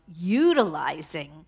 utilizing